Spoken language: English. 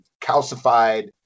calcified